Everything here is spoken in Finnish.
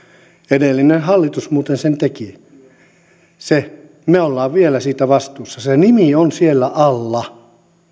edellinen hallitus muuten sen teki niin me olemme vielä siitä vastuussa se nimi on siellä alla